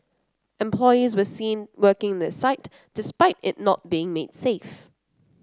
employees were seen working in the site despite it not being made safe